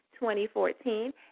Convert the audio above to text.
2014